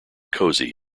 cosy